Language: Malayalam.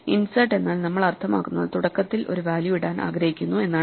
ഇൻസേർട്ട് എന്നാൽ നമ്മൾ അർത്ഥമാക്കുന്നത് തുടക്കത്തിൽ ഒരു വാല്യൂ ഇടാൻ ആഗ്രഹിക്കുന്നു എന്നാണ്